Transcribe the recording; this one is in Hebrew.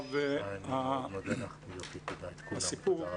הסיפור,